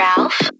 Ralph